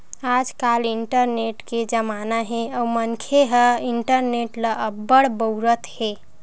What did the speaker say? आजकाल इंटरनेट के जमाना हे अउ मनखे ह इंटरनेट ल अब्बड़ के बउरत हे